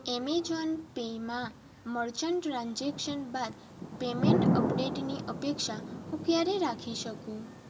Amazon પેમાં merchant transaction બાદ payment અપડેટની અપેક્ષા હું ક્યારે રાખી શકું